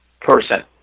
person